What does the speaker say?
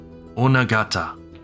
onagata